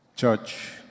Church